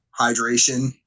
hydration